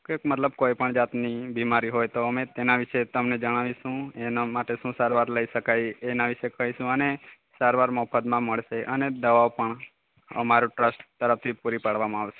કે મતલબ કોઈપણ જાતની બીમારી હોય તો અમે તેના વિશે તમને જણાવીશું એના માટે શું સારવાર લઈ શકાય એના વિશે કહીશું અને સારવાર મફતમાં મળશે અને દવાઓ પણ અમારો ટ્રસ્ટ તરફથી પૂરી પાડવામાં આવશે